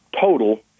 total